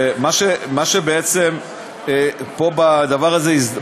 מה שבעצם פה בדבר הזה,